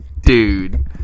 Dude